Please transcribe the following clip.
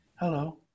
Hello